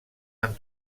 han